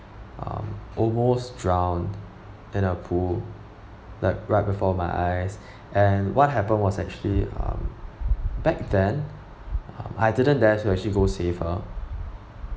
um almost drowned in a pool like right before my eyes and what happened was actually um back then um I didn't dare to actually go save her